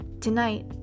Tonight